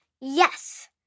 Yes